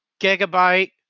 Gigabyte